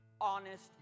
honest